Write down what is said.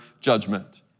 judgment